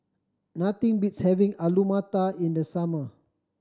nothing beats having Alu Matar in the summer